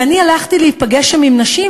ואני הלכתי להיפגש עם נשים שם,